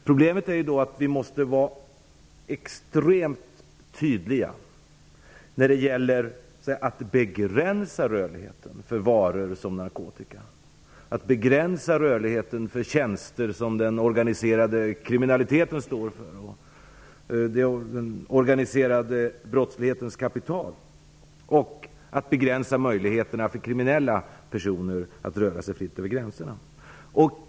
Problemet är att vi måste vara extremt tydliga när det gäller att begränsa rörligheten för varor som narkotika, för tjänster som den organiserade kriminaliteten står för och för den organiserade brottslighetens kapital, och också när det gäller att begränsa möjligheten för kriminella personer att röra sig fritt över gränserna.